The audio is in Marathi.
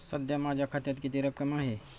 सध्या माझ्या खात्यात किती रक्कम आहे?